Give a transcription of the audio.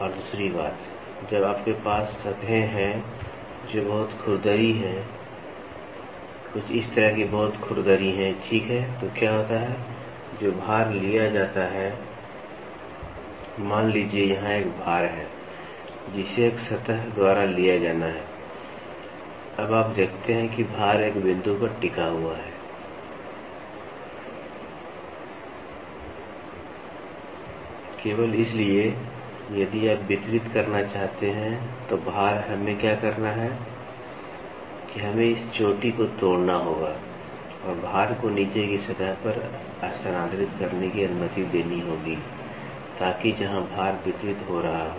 और दूसरी बात जब आपके पास सतहें हैं जो बहुत खुरदरी हैं कुछ इस तरह की बहुत खुरदरी है ठीक है तो क्या होता है जो भार लिया जाता है मान लीजिए यहाँ एक भार है जिसे एक सतह द्वारा लिया जाना है अब आप देखते हैं कि भार एक बिंदु पर टिका हुआ है केवल इसलिए यदि आप वितरित करना चाहते हैं तो भार हमें क्या करना है कि हमें इस चोटी को तोड़ना होगा और भार को नीचे की सतह पर स्थानांतरित करने की अनुमति देनी होगी ताकि जहां भार वितरित हो रहा हो